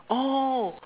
oh